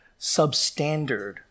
substandard